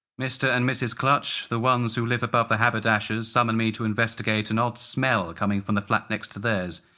mister and mrs clutch, the ones who live above the haberdasher's, summoned me to investigate an odd smell coming from the flat next to theirs.